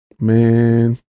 man